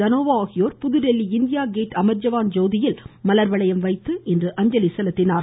தனோவா ஆகியோர் புதுதில்லி India Gate Amar Jawan ஜோதியில் மலர்வளையம் வைத்து அஞ்சலி செலுத்தினார்கள்